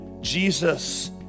Jesus